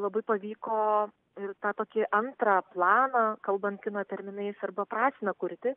labai oavyko ir tą tokį antrą planą kalbant kino terminais arba prasmę kurti